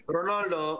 Ronaldo